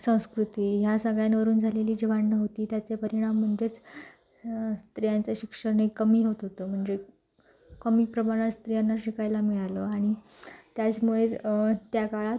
संस्कृती ह्या सगळ्यांवरून झालेली जी भांडणं होती त्याचे परिणाम म्हणजेच स्त्रियांचे शिक्षण हे कमी होत होतं म्हणजे कमी प्रमाणात स्त्रियांना शिकायला मिळालं आणि त्याचमुळे त्या काळात